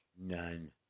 None